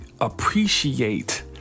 appreciate